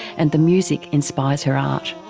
and the music inspires her art.